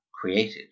created